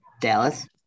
Dallas